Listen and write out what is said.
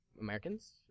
Americans